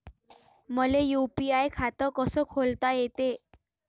मले यू.पी.आय खातं कस खोलता येते?